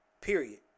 Period